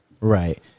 Right